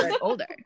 older